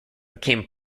became